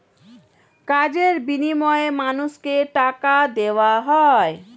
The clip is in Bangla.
কাজের বিনিময়ে মানুষকে টাকা দেওয়া হয়